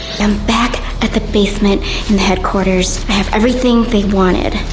i'm back at the basement in headquarters. i have everything they wanted.